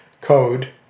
code